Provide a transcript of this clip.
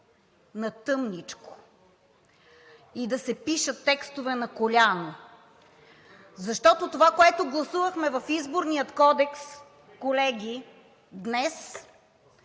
на тъмничко и да се пишат текстове на коляно. Защото това, което гласувахме в Изборния кодекс, колеги, днес,